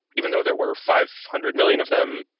even though there were five hundred million of them,